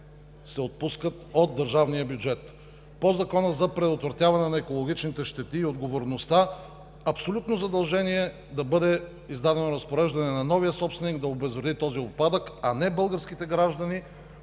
се отпускат от държавния бюджет. По Закона за предотвратяване на екологичните щети и отговорността, абсолютно задължение е да бъде издадено разпореждане на новия собственик да обезвреди този отпадък, а не българските граждани